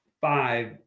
five